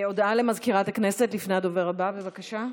הודעה למזכירת הכנסת, לפני הדובר הבא, בבקשה.